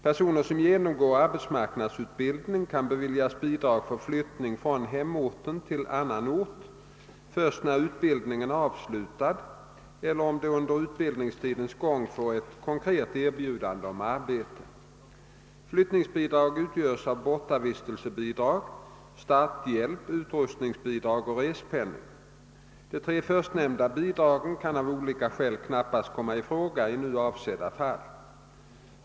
Personer som genomgår arbetsmarknadsutbildning kan beviljas bidrag för flyttning från hemorten till annan ort först när utbildningen är avslutad eller om de under utbildningens gång får ett konkret erbjudande om arbete. Flyttningsbidrag utgörs av bortavistelsebidrag, starthjälp, utrustningsbidrag och respenning. De tre förstnämnda bidragen kan av olika skäl knappast komma i fråga i nu avsedda fall.